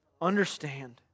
understand